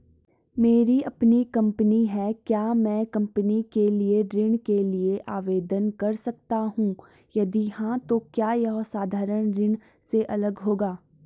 मेरी अपनी कंपनी है क्या मैं कंपनी के लिए ऋण के लिए आवेदन कर सकता हूँ यदि हाँ तो क्या यह साधारण ऋण से अलग होगा?